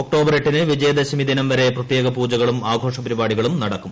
October എട്ടിന് വിജയദശമി ദിനം വരെ പ്രത്യേകപൂജകളും ആഘോഷപരിപാടികളും നടക്കും